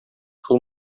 шул